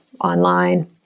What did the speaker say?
online